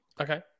Okay